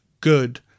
good